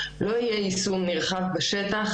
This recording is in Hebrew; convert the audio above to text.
לא יהיה יישום נרחב בשטח.